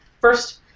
First